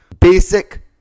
Basic